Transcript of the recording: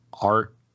art